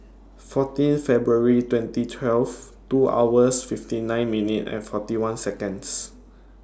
fourteen February twenty twelve two hours fifty nine minute and forty one Seconds